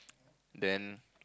then